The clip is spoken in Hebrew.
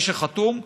מי שחתום.